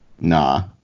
Nah